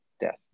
death